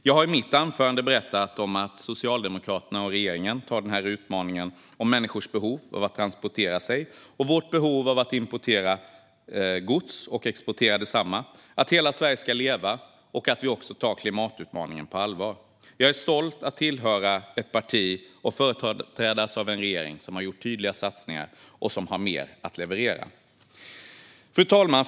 Jag har i mitt anförande berättat om att Socialdemokraterna och regeringen antar utmaningen om människors behov av att transportera sig och vårt behov av att importera och exportera gods. Vi tar på allvar att hela Sverige ska leva, och vi tar klimatutmaningen på allvar. Jag är stolt över att tillhöra ett parti och företrädas av en regering som har gjort tydliga satsningar och som har mer att leverera. Fru talman!